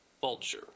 vulture